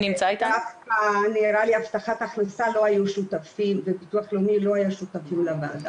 נראה לי הבטחת הכנסה לא היו שותפים וביטוח לאומי לא היה שותפים לוועדה.